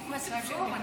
עלי עכשיו, עכשיו.